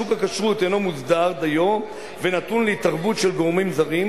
שוק הכשרות אינו מוסדר דיו ונתון להתערבות של גורמים זרים,